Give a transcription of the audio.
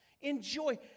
Enjoy